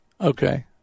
Okay